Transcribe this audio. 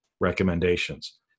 recommendations